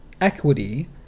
equity